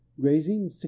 Grazing